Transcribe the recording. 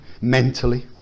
mentally